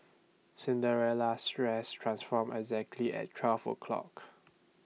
Cinderella's dress transformed exactly at twelve o'clock